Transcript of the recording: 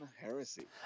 heresy